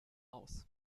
aus